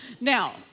Now